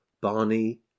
Barney